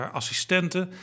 assistenten